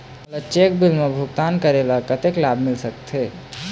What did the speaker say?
मोला cheque bill मा भुगतान करेले कतक लाभ मिल सकथे?